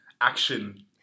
action